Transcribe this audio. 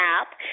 app